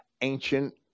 ancient